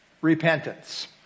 repentance